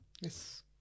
Yes